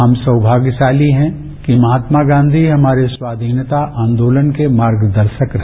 हम सौभाग्यशाली हैं कि महात्मा गांधी हमारे स्वाधीनता आंदोलन के मार्गदर्शक रहे